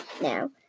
Now